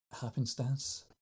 happenstance